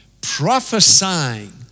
prophesying